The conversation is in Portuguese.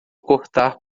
cortar